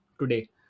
today